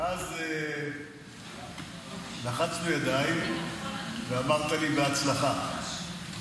ואז לחצנו ידיים ואמרת לי: בהצלחה,